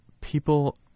people